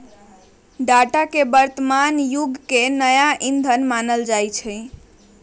data के वर्तमान जुग के नया ईंधन मानल जाई छै